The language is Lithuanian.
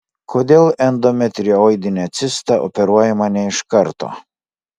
kodėl endometrioidinė cista operuojama ne iš karto